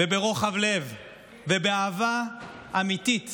ברוחב לב ובאהבה אמיתית